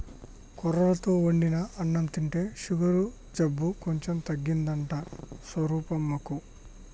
కొర్రలతో వండిన అన్నం తింటే షుగరు జబ్బు కొంచెం తగ్గిందంట స్వరూపమ్మకు